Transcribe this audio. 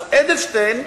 אז אדלשטיין,